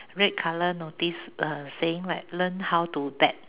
red color notice uh saying like learn how to bet